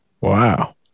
Wow